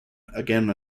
again